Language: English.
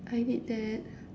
I need that